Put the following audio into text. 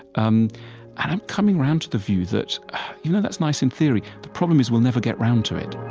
um and i'm coming around to the view that you know that's nice in theory, but the problem is we'll never get around to it